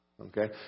Okay